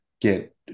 get